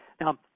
Now